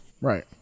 Right